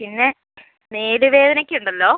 പിന്നെ മേൽ വേദനയ്ക്കുണ്ടല്ലോ